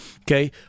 okay